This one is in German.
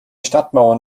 stadtmauern